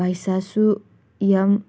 ꯄꯩꯁꯥꯁꯨ ꯌꯥꯝ